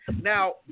Now